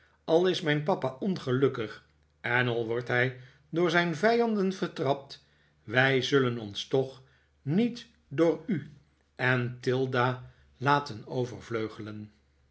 al is mijn papa ongelukkig en al wordt hij door zijn vijanden vertrapt wij zullen ons toch niet door u en tilda laten overvleugelen